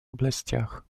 областях